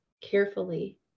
carefully